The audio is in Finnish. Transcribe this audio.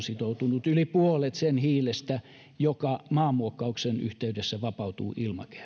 sitoutunut yli puolet sen hiilestä joka maanmuokkauksen yhteydessä vapautuu ilmakehään